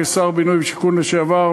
כשר הבינוי והשיכון לשעבר,